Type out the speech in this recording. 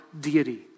deity